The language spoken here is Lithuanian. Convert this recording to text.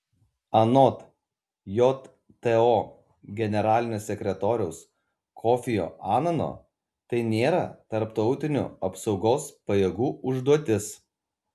anot jto generalinio sekretoriaus kofio anano tai nėra tarptautinių apsaugos pajėgų užduotis